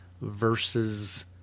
versus